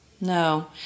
No